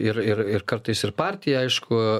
ir ir kartais ir partija aišku